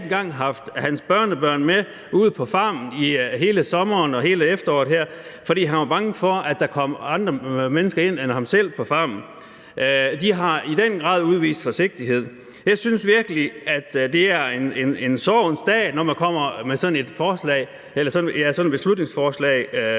ikke engang haft sine børnebørn med ude på farmen hele sommeren og hele efteråret her, fordi han var bange for, at der kom andre mennesker ind end ham selv på farmen. Så de har i den grad udvist forsigtighed. Jeg synes virkelig, at det er en sorgens dag, når man kommer med sådan et forslag